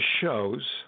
shows